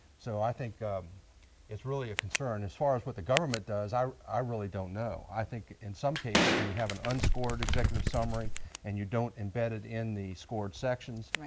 so i think it's really a concern. as far as what the government does, i i really don't know. i think in some cases, when you have an unscored executive summary and you don't embed it in the scored sections,